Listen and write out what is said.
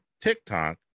TikTok